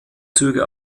züge